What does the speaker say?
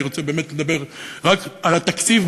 אני רוצה באמת לדבר רק על התקציב,